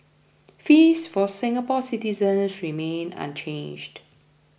fees for Singapore citizens remain unchanged